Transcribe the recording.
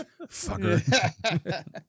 fucker